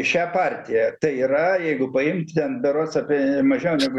šią partiją tai yra jeigu paimt ten berods apie mažiau negu